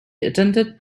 attended